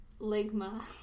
Ligma